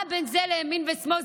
מה בין זה לימין ושמאל?